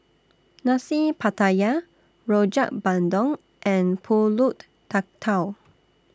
Nasi Pattaya Rojak Bandung and Pulut Tatal